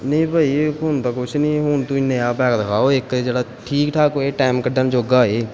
ਨਹੀਂ ਭਾਅ ਜੀ ਹੁਣ ਤਾਂ ਕੁਛ ਨਹੀਂ ਹੁਣ ਤੁਸੀਂ ਨਿਆ ਬੈਗ ਦਿਖਾਓ ਇੱਕ ਜਿਹੜਾ ਠੀਕ ਠਾਕ ਹੋਏ ਟਾਈਮ ਕੱਢਣ ਜੋਗਾ ਹੋਏ